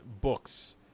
books